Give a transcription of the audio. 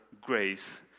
grace